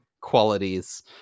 qualities